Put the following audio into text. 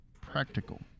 practical